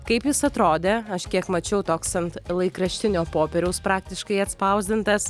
kaip jis atrodė aš kiek mačiau toks ant laikraštinio popieriaus praktiškai atspausdintas